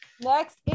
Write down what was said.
Next